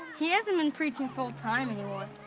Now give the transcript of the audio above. he hasn't been preaching full time anymore.